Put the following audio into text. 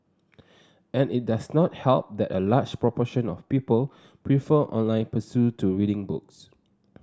and it does not help that a large proportion of people prefer online pursuit to reading books